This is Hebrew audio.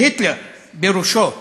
והיטלר בראשו,